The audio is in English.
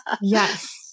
Yes